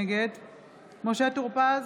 נגד משה טור פז,